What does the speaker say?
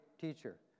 teacher